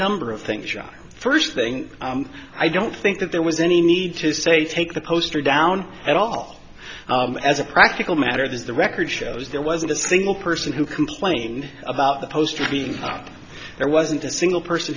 number of things first thing i don't think that there was any need to say take the poster down at all as a practical matter this is the record shows there wasn't a single person who complained about the poster being out there wasn't a single person